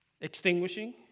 extinguishing